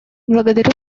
благодарю